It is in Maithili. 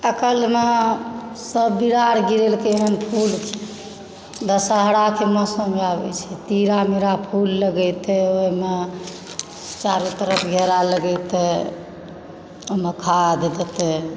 आइकाल्हिमे सभ बिआ अर गिरेलकय हँ फूलके दशहराके मौसममे आबय छै तिरा मीरा फूल लगेतय ओहिमे चारु तरफ घेरा लगेतय ओहिमे खाद देतय